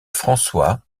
françois